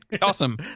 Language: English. awesome